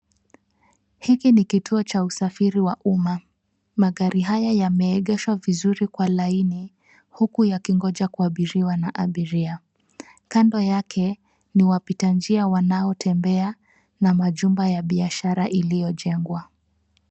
Hiki ni kituo cha usafiri wa umma. Magari haya yameegeswa vizuri kwa laini huku yakingoja kuabiria na abiria. Kando yake ni wapita njia wanaotembea na majumba ya biashara iliyojengwa.